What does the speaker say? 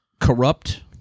Corrupt